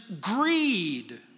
greed